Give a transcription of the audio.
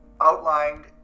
outlined